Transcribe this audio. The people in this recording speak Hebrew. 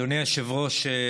אדוני היושב-ראש,